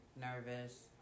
nervous